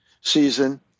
season